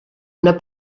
una